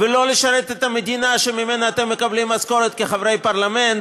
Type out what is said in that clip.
ולא לשרת את המדינה שממנה אתם מקבלים משכורת כחברי פרלמנט,